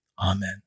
Amen